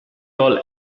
all